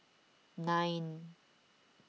nine